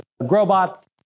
Growbots